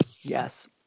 Yes